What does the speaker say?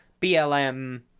BLM